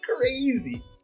crazy